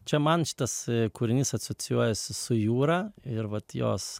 čia man šitas kūrinys asocijuojasi su jūra ir vat jos